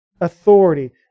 authority